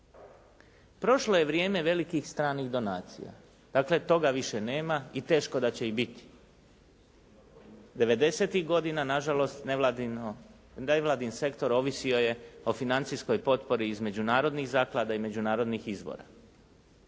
Prošlo je vrijeme stranih donacija, dakle, toga više nema i teško da će biti. '90.-tih godina nažalost nevladin sektor ovisio je o financijskoj potpori iz međunarodnih zaklada i međunarodnih izbora.